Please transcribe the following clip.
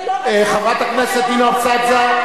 חברת הכנסת נינו אבסדזה,